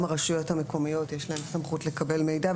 גם לרשויות המקומיות יש סמכות לקבל מידע,